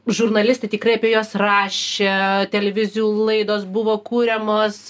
žurnalistai tikrai apie juos rašė televizijų laidos buvo kuriamos